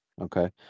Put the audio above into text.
Okay